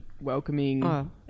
welcoming